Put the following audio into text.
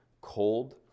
cold